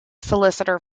solicitor